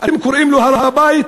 אתם קוראים לו "הר-הבית",